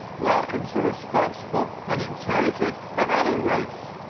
welcomes the responsible and intelligent of any race.